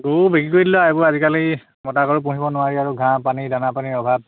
গৰু বিক্ৰী কৰি দিলোঁ আৰু আজিকালি মতাগৰু পুহিব নোৱাৰি আৰু ঘাঁহ পানী দানা পানীৰ অভাৱ